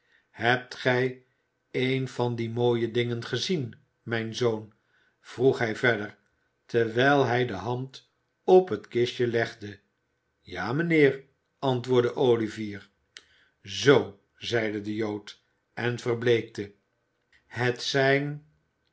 hebt gij een van die mooie dingen gezien mijn zoon vroeg hij verder terwijl hij de hand op het kistje legde ja mijnheer antwoordde olivier zoo zeide de jood en verbleekte het zijn